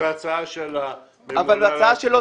אז ההצעה --- ההצעה של יעקב וכטל היא